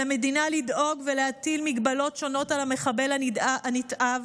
על המדינה לדאוג ולהטיל מגבלות שונות על המחבל הנתעב